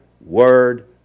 Word